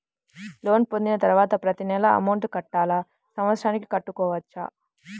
Loan పొందిన తరువాత ప్రతి నెల అమౌంట్ కట్టాలా? సంవత్సరానికి కట్టుకోవచ్చా?